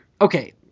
Okay